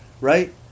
right